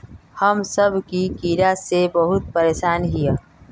हम सब की कीड़ा से बहुत परेशान हिये?